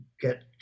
get